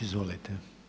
Izvolite.